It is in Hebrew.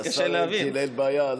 השר אלקין, אין בעיה.